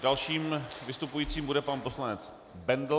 Dalším vystupujícím bude pan poslanec Bendl.